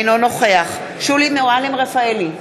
אינו נוכח שולי מועלם-רפאלי,